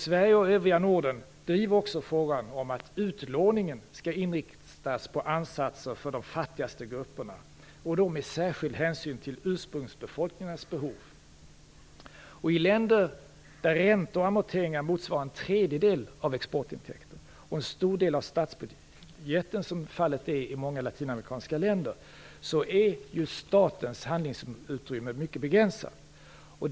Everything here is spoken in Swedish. Sverige och övriga Norden driver också frågan om att utlåningen skall inriktas på insatser för de fattigaste grupperna, med särskild hänsyn till ursprungsbefolkningarnas behov. I länder där räntor och amorteringar motsvarar en tredjedel av exportintäkterna och en stor del av statsbudgeten, som fallet är i många latinamerikanska länder, är statens handlingsutrymme mycket begränsat.